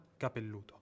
Capelluto